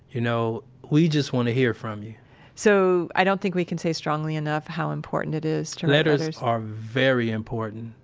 you know. we just want to hear from you so, i don't think we can say strongly enough how important it is to letters are very important.